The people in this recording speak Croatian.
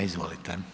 Izvolite.